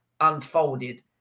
unfolded